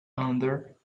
under